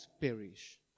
perish